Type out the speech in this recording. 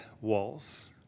walls